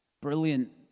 brilliant